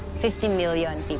fifty million